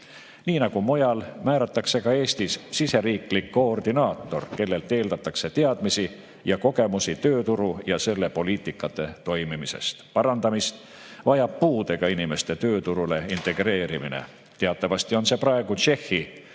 Nii nagu mujal, määratakse ka Eestis siseriiklik koordinaator, kellelt eeldatakse teadmisi ja kogemusi tööturu ja selle poliitikate toimimisest. Parandamist vajab puudega inimeste tööturule integreerimine. Teatavasti on see praegu Tšehhi